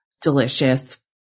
delicious